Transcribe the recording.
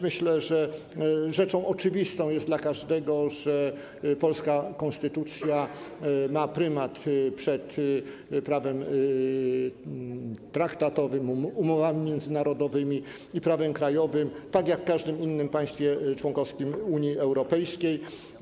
Myślę, że dla każdego jest oczywiste, że polska konstytucja ma prymat przed prawem traktatowym, umowami międzynarodowymi i prawem krajowym, tak jak w każdym innym państwie członkowskim Unii Europejskiej.